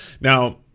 Now